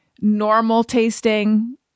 normal-tasting